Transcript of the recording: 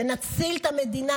שנציל את המדינה.